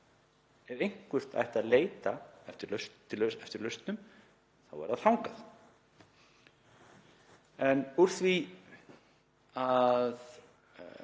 Ef eitthvert ætti að leita eftir lausnum þá er það þar. En úr því að